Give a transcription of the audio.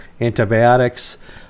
antibiotics